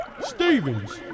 Stevens